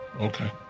okay